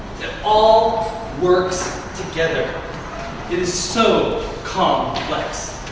it all works together. it is so complex.